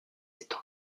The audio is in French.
est